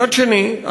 מצד שני,